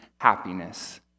happiness